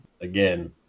again